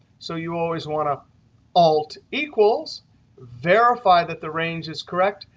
so you always want to alt equals verify that the range is correct,